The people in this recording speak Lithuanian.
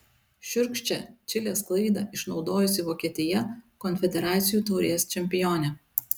šiurkščią čilės klaidą išnaudojusi vokietija konfederacijų taurės čempionė